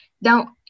Now